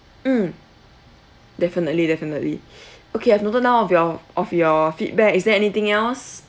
mm definitely definitely okay I've noted down all of your of your feedback is there anything else